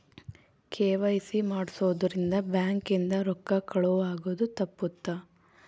KYC ಮಾಡ್ಸೊದ್ ರಿಂದ bank ಇಂದ ರೊಕ್ಕ ಕಳುವ್ ಆಗೋದು ತಪ್ಪುತ್ತ